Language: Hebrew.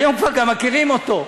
היום כבר גם מכירים אותו.